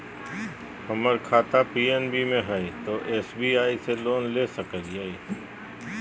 हमर खाता पी.एन.बी मे हय, तो एस.बी.आई से लोन ले सकलिए?